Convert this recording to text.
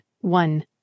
one